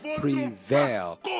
prevail